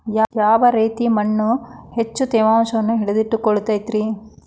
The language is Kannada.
ಯಾವ ರೇತಿಯ ಮಣ್ಣ ಹೆಚ್ಚು ತೇವಾಂಶವನ್ನ ಹಿಡಿದಿಟ್ಟುಕೊಳ್ಳತೈತ್ರಿ?